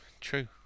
True